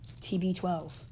TB12